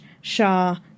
Shah